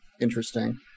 interesting